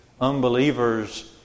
unbelievers